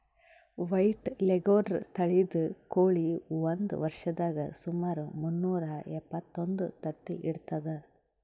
white leghorn ತಳಿದ್ ಕೋಳಿ ಒಂದ್ ವರ್ಷದಾಗ್ ಸುಮಾರ್ ಮುನ್ನೂರಾ ಎಪ್ಪತ್ತೊಂದು ತತ್ತಿ ಇಡ್ತದ್